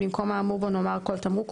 במקום האמור בו נאמר "כל תמרוק",